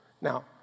Now